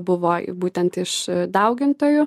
buvo būtent iš daugintojų